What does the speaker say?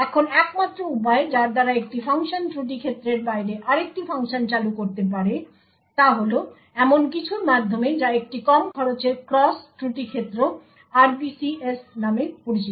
এখন একমাত্র উপায় যার দ্বারা একটি ফাংশন ত্রুটি ক্ষেত্রের বাইরে আরেকটি ফাংশন চালু করতে পারে তা হল এমন কিছুর মাধ্যমে যা একটি কম খরচের ক্রস ত্রুটি ক্ষেত্র RPCs নামে পরিচিত